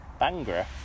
Bangra